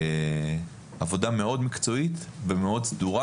עבודה מאוד מקצועית ומאוד סדורה.